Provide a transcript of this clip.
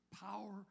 power